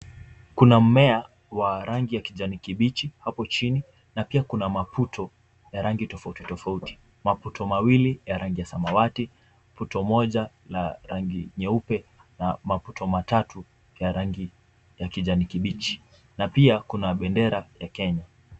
Kuna mmea wa rangi ya kijani kibichi hapo chini na pia kuna maputo ya rangi tofauti tofauti, maputo mawili ya rangi ya samawati, puto moja la rangi nyeupe na maputo matatu ya rangi ya kijani kibichi na pia kuna bendera ya Kenya.